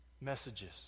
messages